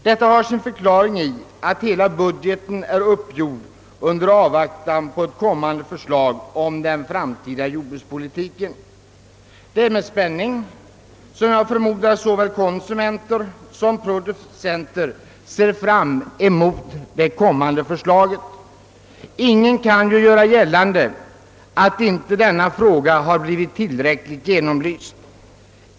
Detta har sin förklaring i att hela budgeten är uppgjord i avvaktan på ett kommande förslag om den framtida jordbrukspolitiken. Det är, förmodar jag, med spänning som såväl konsumenter som producenter ser fram mot förslaget. Ingen kan göra gällande att inte denna fråga har blivit tillräckligt genomlilyst.